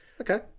Okay